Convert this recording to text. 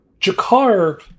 Jakar